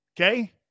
Okay